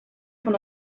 von